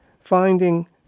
finding